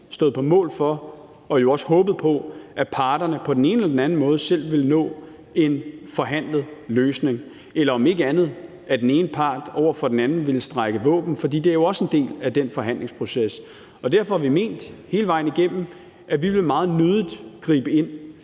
på den ene eller anden måde selv ville nå en forhandlet løsning eller om ikke andet, at den ene part over for den anden ville strække våben, fordi det jo også er en del af den forhandlingsproces. Derfor har vi ment hele vejen igennem, at vi meget nødig ville gribe ind,